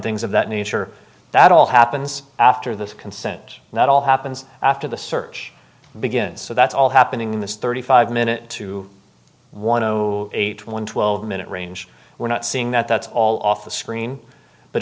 things of that nature that all happens after this consent not all happens after the search begins so that's all happening in this thirty five minute to one zero eight one twelve minute range we're not seeing that that's all off the screen but